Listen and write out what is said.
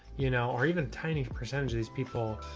you know, or even tiny percentage of these people,